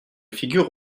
figure